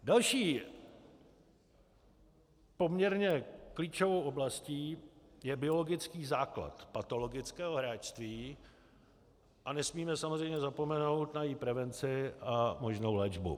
Další poměrně klíčovou oblastí je biologický základ patologického hráčství a nesmíme samozřejmě zapomenout na její prevenci a možnou léčbu.